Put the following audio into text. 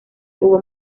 hubo